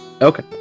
Okay